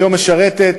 היום משרתת